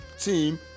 Team